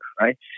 right